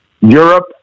Europe